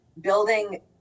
Building